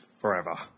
forever